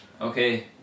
Okay